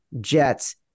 Jets